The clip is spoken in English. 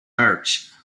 arch